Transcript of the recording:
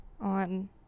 on